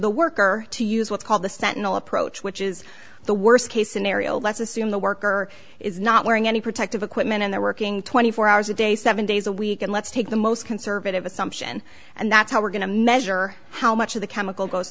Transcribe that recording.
the worker to use what's called the sentinel approach which is the worst case scenario let's assume the worker is not wearing any protective equipment and they're working twenty four hours a day seven days a week and let's take the most conservative assumption and that's how we're going to measure how much of the chemical